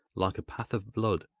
like a path of blood,